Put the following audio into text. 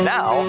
Now